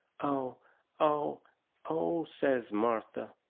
oh oh oh says martha.